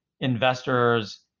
investors